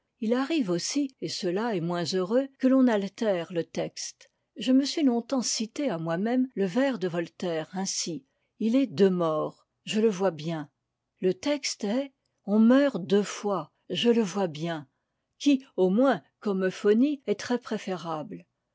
il arrive aussi et cela est moins heureux que l'on altère le texte je me suis longtemps cité à moi-même le vers de voltaire ainsi il est deux morts je le vois bien le texte est on meurt deux fois je le vois bien qui au moins comme euphonie est